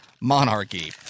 monarchy